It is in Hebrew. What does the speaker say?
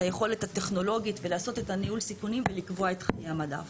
את היכולת הטכנולוגית ולעשות את ניהול הסיכונים ולקבוע את חיי המדף.